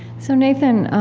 so nathan,